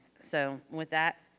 so with that,